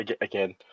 again